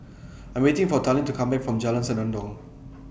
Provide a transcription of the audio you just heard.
I'm waiting For Talen to Come Back from Jalan Senandong